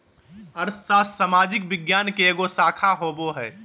अर्थशास्त्र सामाजिक विज्ञान के एगो शाखा होबो हइ